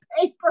paper